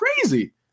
crazy